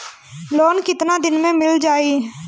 Loan कितना दिन में मिल जाई?